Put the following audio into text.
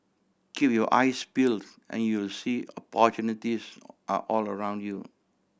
keep your eyes peeled and you will see opportunities are all around you